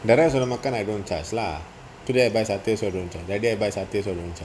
the rest of the மாக்கான்:maakaan I don't charge lah today I buy satay also don't charge that day I buy satay also don't charge lah